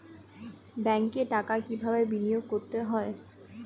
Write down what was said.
ব্যাংকে টাকা কিভাবে বিনোয়োগ করতে হয়?